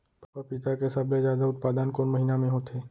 पपीता के सबले जादा उत्पादन कोन महीना में होथे?